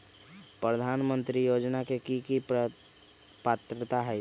प्रधानमंत्री योजना के की की पात्रता है?